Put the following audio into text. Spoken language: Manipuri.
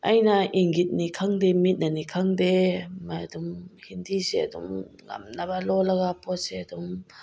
ꯑꯩꯅ ꯏꯪꯒꯤꯠꯅꯤ ꯈꯪꯗꯦ ꯃꯤꯠꯅꯅꯤ ꯈꯪꯗꯦ ꯑꯗꯨꯝ ꯍꯤꯟꯗꯤꯁꯦ ꯑꯗꯨꯝ ꯉꯝꯅꯕ ꯂꯣꯜꯂꯒ ꯄꯣꯠꯁꯦ ꯑꯗꯨꯝ